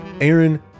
Aaron